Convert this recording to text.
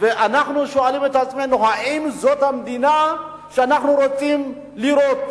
ואנחנו שואלים את עצמנו: האם זאת המדינה שאנחנו רוצים לראות?